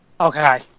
okay